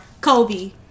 Kobe